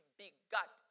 begat